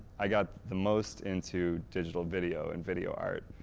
i got the most into digital video and video art,